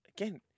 again